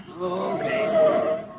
Okay